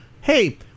hey